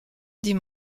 dit